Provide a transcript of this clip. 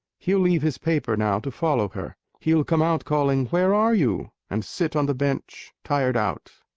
he'll leave his paper now to follow her. he'll come out calling, where are you? and sit on the bench, tired out.